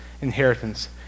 inheritance